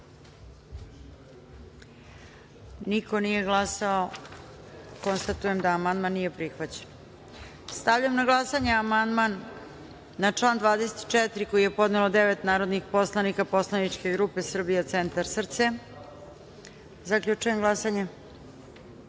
za - niko. Konstatujem da amandman nije prihvaćen. Stavljam na glasanje amandman na član 14. koji je podnelo devet narodnih poslanika poslaničke grupe Srbija centar - SRCE.Zaključujem glasanje: